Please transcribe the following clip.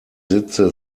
sitze